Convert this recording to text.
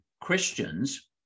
Christians